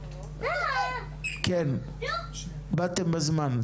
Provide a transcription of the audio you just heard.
כן, באתם בזמן.